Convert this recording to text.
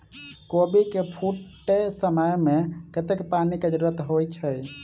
कोबी केँ फूटे समय मे कतेक पानि केँ जरूरत होइ छै?